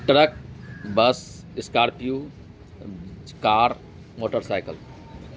truck bus scorpio car motor cycle